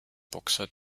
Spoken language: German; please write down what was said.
boxer